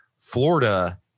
Florida